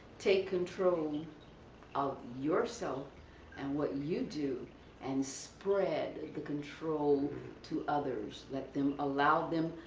take control of yourself and what you do and spread the control to others. let them, allow them,